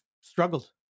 struggled